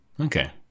Okay